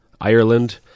Ireland